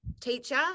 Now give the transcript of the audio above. teacher